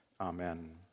Amen